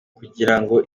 kugirango